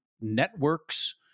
networks